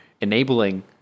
enabling